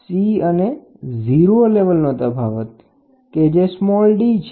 C અને 0 લેવલનો તફાવત D છે